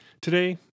Today